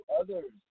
others